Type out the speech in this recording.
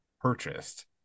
purchased